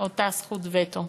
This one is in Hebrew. אותה זכות וטו.